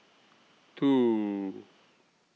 two